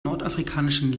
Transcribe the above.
nordafrikanischen